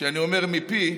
כשאני אומר מפ"י,